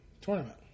Tournament